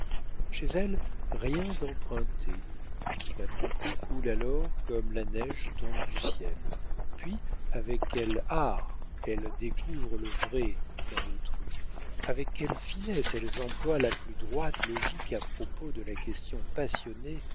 chez elles rien d'emprunté la tromperie coule alors comme la neige tombe du ciel puis avec quel art elles découvrent le vrai dans autrui avec quelle finesse elles emploient la plus droite logique à propos de la question passionnée